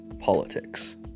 politics